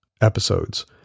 episodes